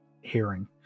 hearing